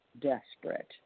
desperate